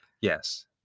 Yes